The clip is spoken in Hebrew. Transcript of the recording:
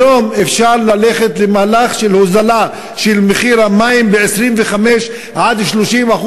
היום אפשר ללכת למהלך של הוזלה של מחיר המים ב-25% 30%,